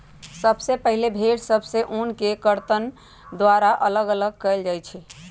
सबसे पहिले भेड़ सभ से ऊन के कर्तन द्वारा अल्लग कएल जाइ छइ